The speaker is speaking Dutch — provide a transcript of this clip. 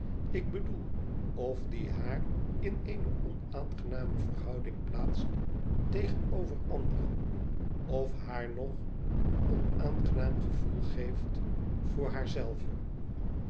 ik bedoel of die haar in eene onaangename verhouding plaatst tegenover anderen of haar no een onaangenaam gevoel geeft voor haar zelve